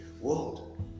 world